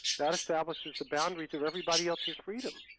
that establishes the boundaries of everybody else's freedom.